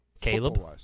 Caleb